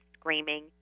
screaming